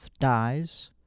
dies